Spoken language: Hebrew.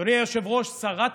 אדוני היושב-ראש, שרת